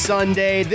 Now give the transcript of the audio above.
Sunday